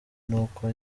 n’uko